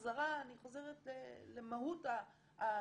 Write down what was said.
חזרה אני חוזרת למהות השיתוף.